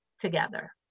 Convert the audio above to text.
together